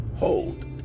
Hold